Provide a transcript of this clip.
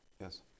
Yes